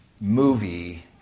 movie